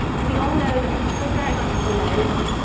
we all know that the quicker an article loads,